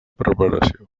preparació